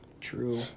True